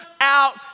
out